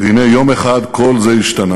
והנה, יום אחד כל זה השתנה.